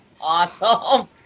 Awesome